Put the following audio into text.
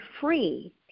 free